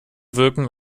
wirken